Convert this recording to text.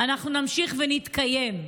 אנחנו נמשיך ונתקיים.